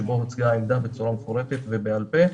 שבו הוצגה העמדה בצורה מפורטת ובעל פה.